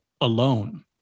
alone